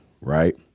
right